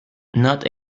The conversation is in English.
not